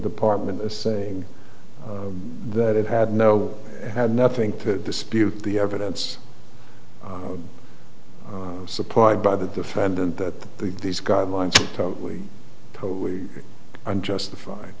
department saying that it had no had nothing to dispute the evidence supplied by the defendant that these guidelines totally totally unjustified